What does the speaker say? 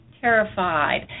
terrified